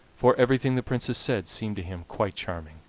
for everything the princess said seemed to him quite charming.